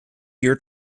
year